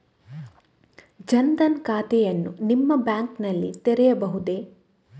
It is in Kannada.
ಜನ ದನ್ ಖಾತೆಯನ್ನು ನಿಮ್ಮ ಬ್ಯಾಂಕ್ ನಲ್ಲಿ ತೆರೆಯಬಹುದೇ?